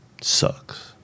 Sucks